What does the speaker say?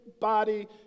body